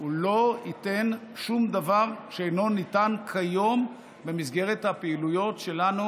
לא ייתן שום דבר שאינו ניתן כיום במסגרת הפעילויות שלנו,